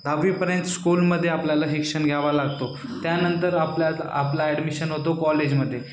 दहावीपर्यंत स्कूलमध्ये आपल्याला शिक्षण घ्यावा लागतो त्यानंतर आपल्यात आपला ॲडमिशन होतो कॉलेजमध्ये